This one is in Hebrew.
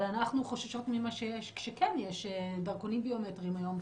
אבל אנחנו חוששות ממה שיש כשכן יש דרכונים ביומטריים היום,